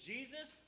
Jesus